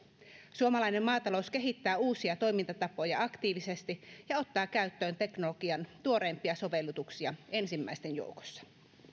suomalainen maatalous kehittää uusia toimintatapoja aktiivisesti ja ottaa käyttöön teknologian tuoreimpia sovellutuksia ensimmäisten joukossa